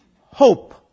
hope